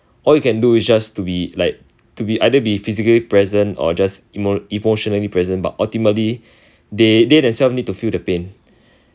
all you can do is just to be like to be either be physically present or just emo~ emotionally present but ultimately they themselves need to feel the pain